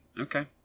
Okay